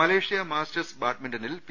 Malaysia masters ബാഡ്മിന്റണിൽ P